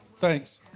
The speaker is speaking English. Thanks